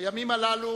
הימים הללו,